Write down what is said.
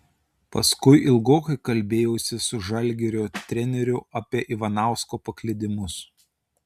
paskui ilgokai kalbėjausi su žalgirio treneriu apie ivanausko paklydimus